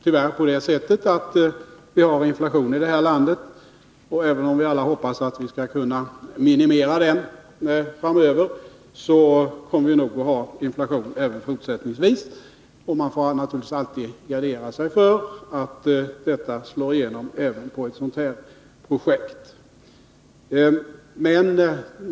Tyvärr har vi ju inflation i detta land. Även om vi alla hoppas att kunna minimera den framöver, så kommer vi även fortsättningsvis att behöva gardera oss för att inflationen slår igenom även på ett sådant här projekt.